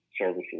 services